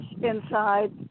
inside